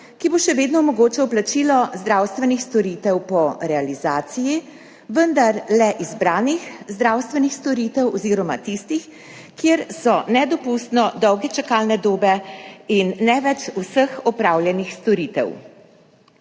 ki bo še vedno omogočal plačilo zdravstvenih storitev po realizaciji, vendar le izbranih zdravstvenih storitev oziroma tistih, kjer so nedopustno dolge čakalne dobe, in ne več vseh opravljenih storitev.